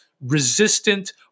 resistant